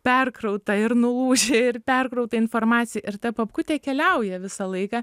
perkrauta ir nulūžę ir perkrauta informacija ir ta papkutė keliauja visą laiką